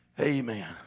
Amen